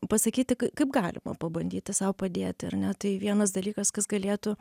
pasakyti k kaip galima pabandyti sau padėt ar ne tai vienas dalykas kas galėtų